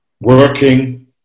working